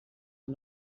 amb